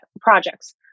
projects